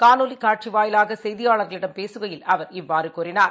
காணொலிகாட்சிவாயிலாகசெய்தியாளாகளிடம் பேசுகையில் அவா் இவ்வாறுகூறினார்